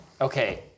okay